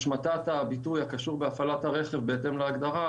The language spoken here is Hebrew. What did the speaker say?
השמטת הביטוי הקשור בהפעלת הרכב בהתאם להגדרה,